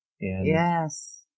Yes